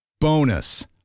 Bonus